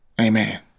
amen